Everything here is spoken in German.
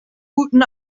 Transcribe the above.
guten